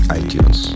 iTunes